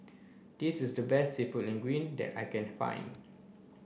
this is the best Seafood Linguine that I can find